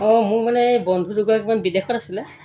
অঁ মোৰ মানে এই বন্ধু দুগৰাকীমান বিদেশত আছিলে